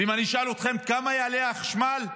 ואם אני אשאל אתכם בכמה יעלה החשמל,